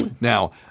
Now